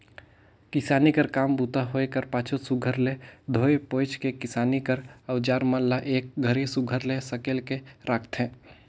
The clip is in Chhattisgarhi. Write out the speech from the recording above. किसानी कर काम बूता होए कर पाछू सुग्घर ले धोए पोएछ के किसानी कर अउजार मन ल एक घरी सुघर ले सकेल के राखथे